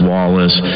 Wallace